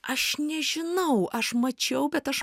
aš nežinau aš mačiau bet aš